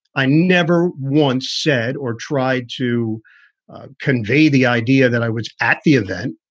i never once said or tried to convey the idea that i was at the event.